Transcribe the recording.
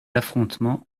affrontements